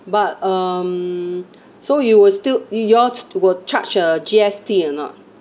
but um so you will still you all sh~ will charge uh G_S_T or not